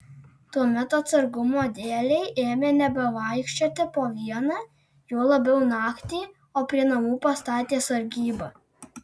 tuomet atsargumo dėlei ėmė nebevaikščioti po vieną juo labiau naktį o prie namų pastatė sargybą